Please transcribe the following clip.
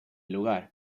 lugar